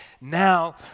now